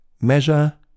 measure